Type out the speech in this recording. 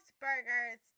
Burgers